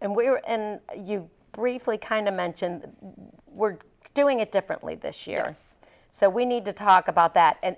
and we were and you briefly kind of mentioned we're doing it differently this year so we need to talk about that and